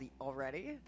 already